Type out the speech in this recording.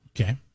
Okay